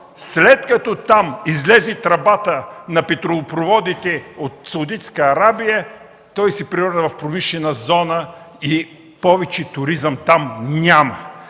След като там излезе тръбата на петролопроводите от Саудитска Арабия, той се превърна в промишлена зона и повече туризъм там няма.